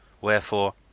wherefore